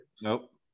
Nope